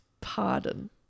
pardon